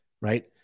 right